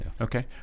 Okay